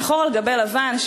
שחור על גבי לבן,